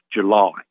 July